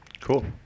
Cool